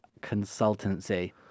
Consultancy